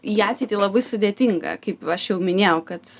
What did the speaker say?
į ateitį labai sudėtinga kaip aš jau minėjau kad